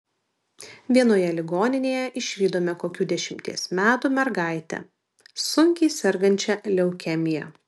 vienoje ligoninėje išvydome kokių dešimties metų mergaitę sunkiai sergančią leukemija